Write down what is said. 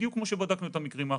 בדיוק כמו שבדקנו את המקרים האחרים.